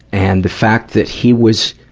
and the fact that he was,